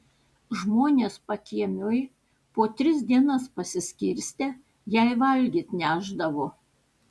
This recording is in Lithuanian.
žmonės pakiemiui po tris dienas pasiskirstę jai valgyt nešdavo